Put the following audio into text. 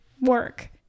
work